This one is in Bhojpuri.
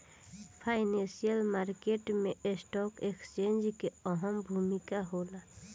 फाइनेंशियल मार्केट में स्टॉक एक्सचेंज के अहम भूमिका होला